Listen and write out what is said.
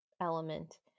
element